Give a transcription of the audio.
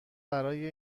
برای